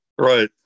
Right